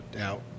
out